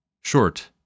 short